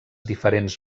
diferents